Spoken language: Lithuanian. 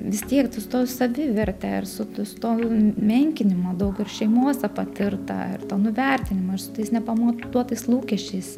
vis tiek su tos saviverte ar su su to menkinimo daug ir šeimos patirtą ir to nuvertinimo ir su tais nepamatuotais lūkesčiais